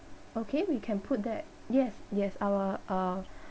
okay we can put that yes yes our uh